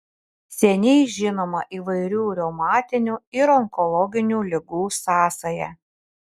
seniai žinoma įvairių reumatinių ir onkologinių ligų sąsaja